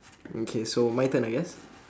okay so my turn I guess